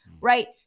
Right